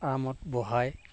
আৰামত বহাই